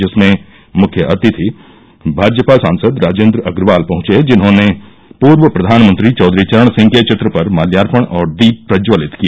जिसमें मुख्यअतिथि भाजपा सांसद राजेन्द्र अग्रवाल पहुँचे जिन्होंने पूर्व प्रधानमंत्री चौधरी चरण सिंह के चित्र पर मात्यार्पण और दीप प्रज्वलित किया